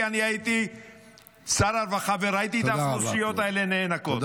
כי אני הייתי שר הרווחה וראיתי את האוכלוסיות האלה נאנקות.